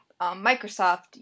Microsoft